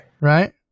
Right